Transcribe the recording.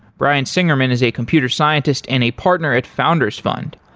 brian singerman is a computer scientist and a partner at founders fund.